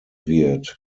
wird